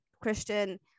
Christian